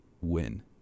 win